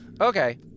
Okay